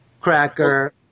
cracker